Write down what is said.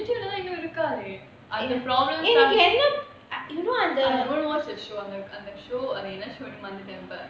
vijay இன்னும் இருக்காதே:innum irukathe problem எனக்கு என்ன:enakku enna I don't watch the show the show னு மறந்துட்டேன் இப்போ:nu maranthutaen ippo